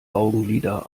augenlider